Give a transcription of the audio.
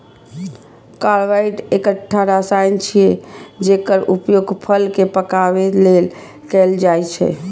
carbide एकटा रसायन छियै, जेकर उपयोग फल कें पकाबै लेल कैल जाइ छै